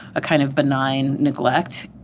a kind of benign neglect.